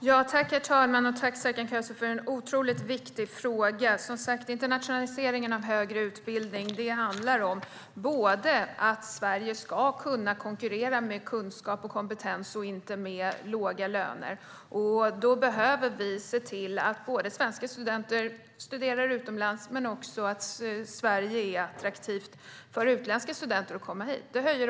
Herr talman! Jag tackar Serkan Köse för en mycket viktig fråga. Internationaliseringen av högre utbildning handlar om att Sverige ska kunna konkurrera med kunskap och kompetens och inte med låga löner. Då behöver vi se till att svenska studenter studerar utomlands och att det är attraktivt för utländska studenter att komma till Sverige.